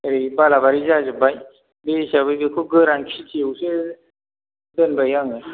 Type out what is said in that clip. ओरै बालाबारि जाजोब्बाय बे हिसाबै बेखौ गोरान खिथियावसो दोनबाय आङो